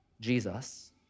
Jesus